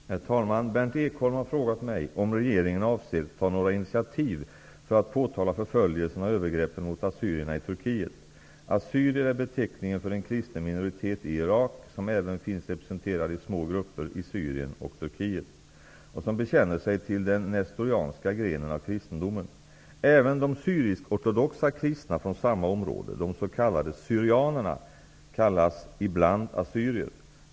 Herr talman! Berndt Ekholm har frågat mig om regeringen avser ta några initiativ för att påtala förföljerserna och övergreppen mot assyrierna i Turkiet. Assyrier är beteckningen för en kristen minoritet i Irak som även finns representerad i små grupper i Syrien och Turkiet, och som bekänner sig till den nestorianska grenen av kristendomen. Även de syrisk-ortodoxa kristna från samma område, de s.k. syrianerna, kallas ibland assyrier.